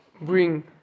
bring